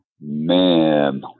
Man